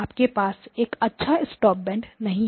आपके पास एक अच्छा स्टॉप बैंड नहीं है